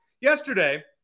yesterday